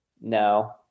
No